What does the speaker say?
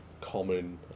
common